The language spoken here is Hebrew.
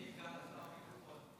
אדוני סגן שר הביטחון,